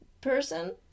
person